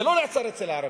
זה לא נעצר אצל הערבים,